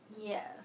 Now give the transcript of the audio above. Yes